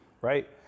right